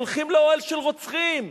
הולכים לאוהל של רוצחים,